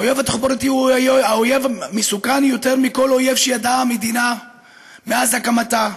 האויב התחבורתי הוא אויב מסוכן יותר מכל אויב שידעה המדינה מאז הקמתה,